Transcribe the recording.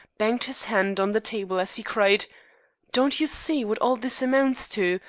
banged his hand on the table as he cried don't you see what all this amounts to?